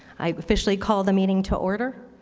i officially call the meeting to order.